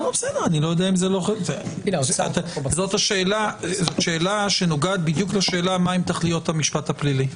זאת שאלה שנוגעת בדיוק לשאלה מהן תכליות המשפט הפלילי.